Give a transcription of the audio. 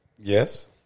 Yes